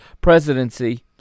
presidency